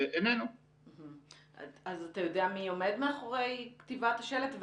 אתה יודע מי עומד מאחורי כתיבת השלט?